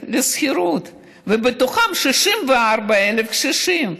כסף לשכירות, ובתוכם 64,000 קשישים.